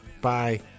Bye